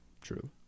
true